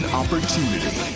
opportunity